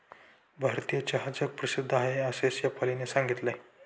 भारतीय चहा जगप्रसिद्ध आहे असे शेफालीने सांगितले